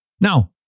Now